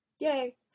yay